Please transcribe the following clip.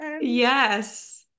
Yes